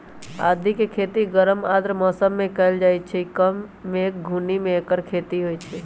आदिके खेती गरम आर्द्र मौसम में कएल जाइ छइ कम मेघ बून्नी में ऐकर खेती होई छै